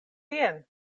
jen